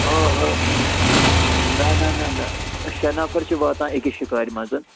اۭں اۭں نَہ نَہ نَہ نَہ شےٚ نَفَر چھِ واتان أکِس شِکارِ منٛز